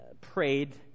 prayed